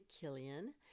Killian